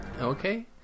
okay